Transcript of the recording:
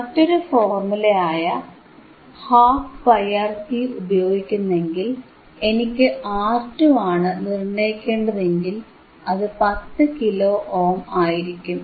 മറ്റൊരു ഫോർമുലയായ 12πRC ഉപയോഗിക്കുന്നെങ്കിൽ എനിക്ക് R2 ആണ് നിർണയിക്കേണ്ടതെങ്കിൽ അത് 10 കിലോ ഓം ആയിരിക്കും